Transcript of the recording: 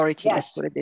Yes